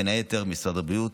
בין היתר אלה משרד הבריאות,